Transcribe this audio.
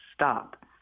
Stop